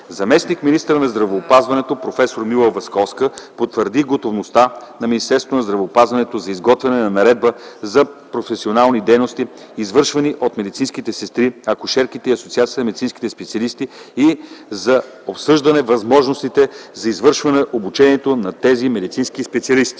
Заместник-министърът на здравеопазването проф. Мила Власковска потвърди готовността на Министерството на здравеопазването за изготвянето на наредбата за професионалните дейности, извършвани от медицинските сестри, акушерките и Асоциацията на медицинските специалисти и за обсъждане възможностите за извършване на обучението на тези медицински специалисти.